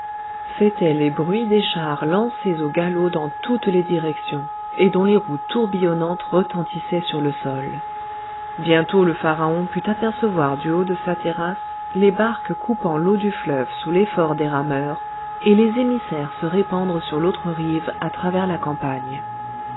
c'étaient les bruits des chars lancés au galop dans toutes les directions et dont les roues tourbillonnantes retentissaient sur le sol bientôt le pharaon put apercevoir du haut de sa terrasse les barques coupant l'eau du fleuve sous l'effort des rameurs et les émissaires se répandre sur l'autre rive à travers la campagne